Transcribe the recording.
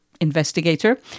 investigator